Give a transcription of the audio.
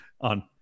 on